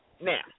Now